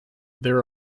there